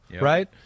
right